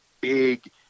big